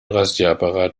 rasierapparat